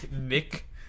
Nick